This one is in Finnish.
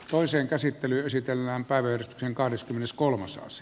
toisen käsittelyn esitelmän päivystyksen parantamaan